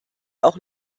auch